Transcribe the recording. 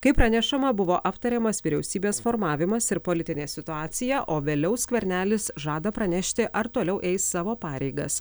kaip pranešama buvo aptariamas vyriausybės formavimas ir politinė situacija o vėliau skvernelis žada pranešti ar toliau eis savo pareigas